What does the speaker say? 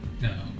No